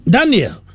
Daniel